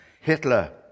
Hitler